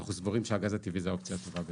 אנחנו סבורים שהגז הטבעי זה האופציה הטובה ביותר.